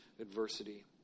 adversity